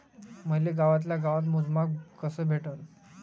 मले गावातल्या गावात मोजमाप कस भेटन?